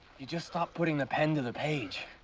you just stopped putting the pen to the page.